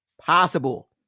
possible